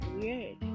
weird